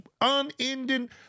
unending